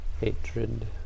hatred